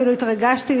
ואפילו התרגשתי,